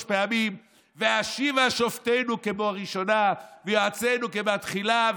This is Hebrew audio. פעמים "השיבה שופטינו כבראשונה ויועצינו כבתחילה",